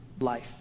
life